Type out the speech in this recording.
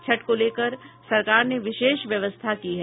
छठ को लेकर सरकार ने विशेष व्यवस्था की है